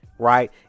Right